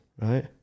Right